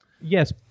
Yes